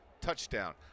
touchdown